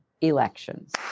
elections